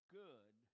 good